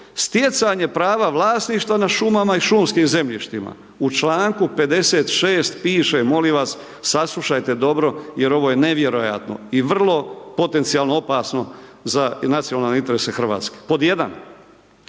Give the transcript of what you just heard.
stjecanje prava vlasništva na šumama i šumskim zemljištima, u članku 56. piše molim vas, saslušajte dobro jer ovo je nevjerojatno i vrlo potencijalno opasno za nacionalne interese Hrvatske. Pod jedan,